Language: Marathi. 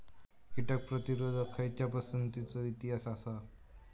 कीटक प्रतिरोधक खयच्या पसंतीचो इतिहास आसा?